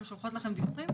הן שולחות לכם דיווחים?